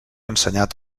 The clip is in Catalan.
ensenyat